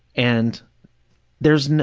and there's,